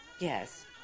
Yes